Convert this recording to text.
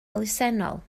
elusennol